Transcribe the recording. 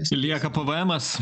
lieka pvmas